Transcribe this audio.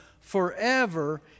forever